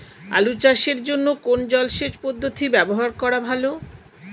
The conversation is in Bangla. আলু চাষের জন্য কোন জলসেচ পদ্ধতি ব্যবহার করা ভালো?